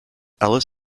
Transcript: ellis